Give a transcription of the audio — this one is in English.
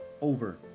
over